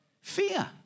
fear